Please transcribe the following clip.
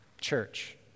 church